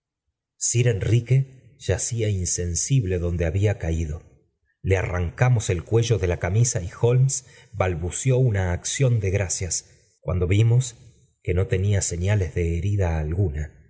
sir enrique yaoía insensible donde había caído le arrancamos el cuello de la camisa y liolmes balbució una acción de gracias cuando vimos que no tenía señales de herida alguna